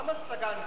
למה סגן שר?